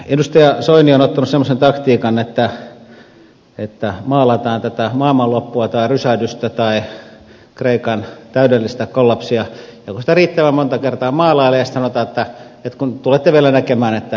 edustaja soini on ottanut semmoisen taktiikan että maalataan tätä maailmanloppua tai rysähdystä tai kreikan täydellistä kollapsia ja sitä riittävän monta kertaa maalaillaan ja sitten sanotaan että tulette vielä näkemään että oikeassa olin